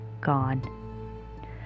Gone